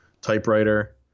typewriter